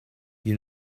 you